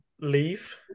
leave